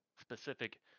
specific